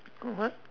what